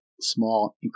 small